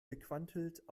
gequantelt